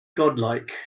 godlike